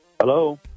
Hello